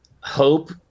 hope